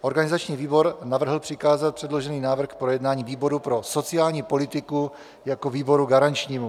Organizační výbor navrhl přikázat předložený návrh k projednání výboru pro sociální politiku jako výboru garančnímu.